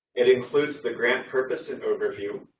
it includes the grant purpose and overview,